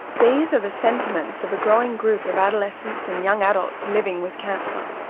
these are the sentiments of a growing group of adolescents and young adults living with cancer,